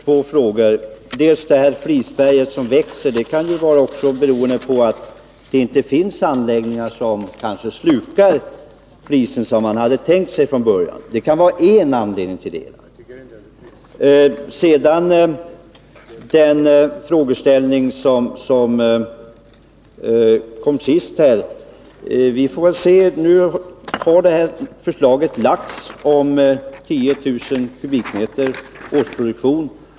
Herr talman! Att flisberget växer kan också bero på att det inte finns anläggningar som slukar flis som man hade tänkt sig från början — det kan vara en anledning. Beträffande den frågeställning som Ivar Franzén nu kom upp med: Vi får väl se. Det finns ett förslag som gäller 10 000 m? i årsproduktion.